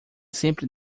sempre